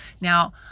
Now